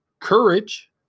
courage